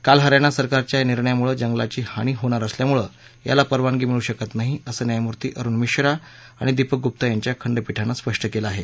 काल हरयाणा सरकारच्या या निर्णयामुळे जंगलाची हानी होणार असल्यामुळे याला परवानगी मिळू शकत नाही असं न्यायमूर्ती अरुण मिश्रा आणि दीपक गुप्ता यांच्या खंडपीठानं स्पष्ट केलं आहे